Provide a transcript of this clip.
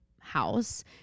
house